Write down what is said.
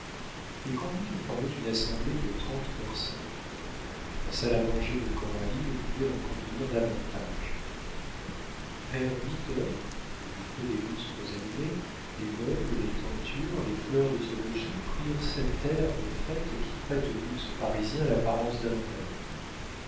les convives formaient une assemblée de trente personnes la salle à manger de coralie ne pouvait en contenir davantage vers huit heures au feu des lustres allumés les meubles les tentures les fleurs de ce logis prirent cet air de fête qui prête au luxe parisien l'apparence d'un rêve